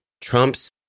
Trump's